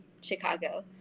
Chicago